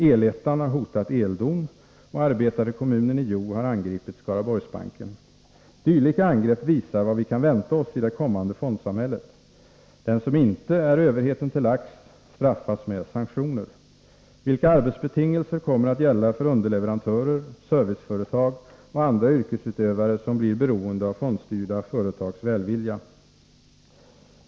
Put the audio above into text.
El-ettan har hotat Eldon och arbetarekommunen i Hjo har angripit Skaraborgsbanken. Dylika angrepp visar vad vi kan vänta oss i det kommande fondsamhället. Den som inte är överheten till lags, straffas med sanktioner. Vilka arbetsbetingelser kommer att gälla för underleverantörer, serviceföretag och andra yrkesutövare som blir beroende av fondstyrda företags välvilja?